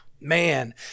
man